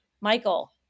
Michael